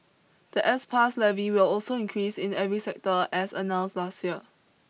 the S Pass levy will also increase in every sector as announced last year